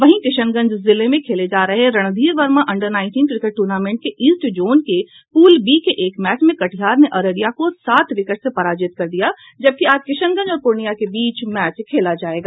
वहीं किशनगंज जिले में खेले जा रहे Randhir Verma under nineteen cricket tournament के ईस्ट जोन के पूल बी के एक मैच में कटिहार ने अररिया को सात विकेट से पराजित कर दिया जबकि आज किशनगंज और पूर्णिया के बीच मैच खेला जायेगा